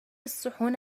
الصحون